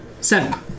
Seven